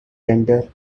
tender